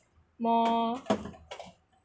more